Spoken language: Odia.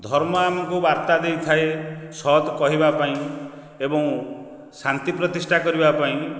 ଧର୍ମ ଆମକୁ ବାର୍ତ୍ତା ଦେଇଥାଏ ସତ୍ କହିବା ପାଇଁ ଏବଂ ଶାନ୍ତି ପ୍ରତିଷ୍ଠା କରିବା ପାଇଁ